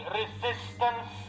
resistance